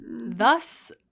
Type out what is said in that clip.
thus